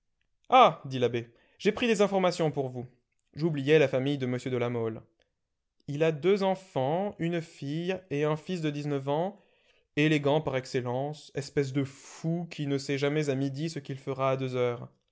ah dit l'abbé j'ai pris des informations pour vous j'oubliais la famille de m de la mole il a deux enfants une fille et un fils de dix-neuf ans élégant par excellence espèce de fou qui ne sait jamais à midi ce qu'il fera à deux heures